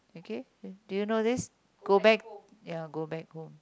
okay do you know this go back ya go back home